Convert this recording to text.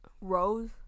Rose